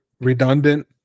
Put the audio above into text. redundant